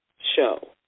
show